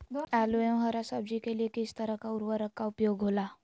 आलू एवं हरा सब्जी के लिए किस तरह का उर्वरक का उपयोग होला?